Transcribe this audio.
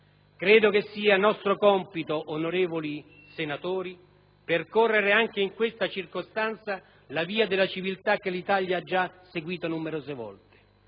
Credo che sia nostro compito, onorevoli senatori, percorrere anche in questa circostanza la via della civiltà che l'Italia ha già seguito numerose volte;